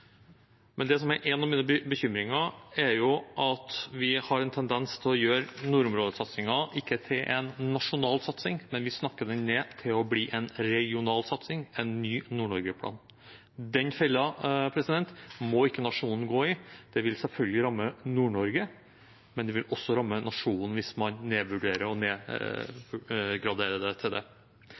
men vi snakker den ned til å bli en regional satsing, en ny Nord-Norge-plan. Den fellen må ikke nasjonen gå i. Det vil selvfølgelig ramme Nord-Norge, men det vil også ramme nasjonen hvis man nedvurderer og nedgraderer det til det.